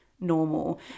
normal